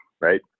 right